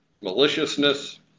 maliciousness